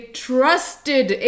trusted